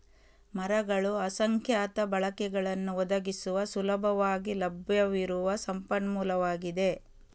ಮರಗಳು ಅಸಂಖ್ಯಾತ ಬಳಕೆಗಳನ್ನು ಒದಗಿಸುವ ಸುಲಭವಾಗಿ ಲಭ್ಯವಿರುವ ಸಂಪನ್ಮೂಲವಾಗಿದೆ